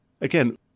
Again